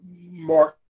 Mark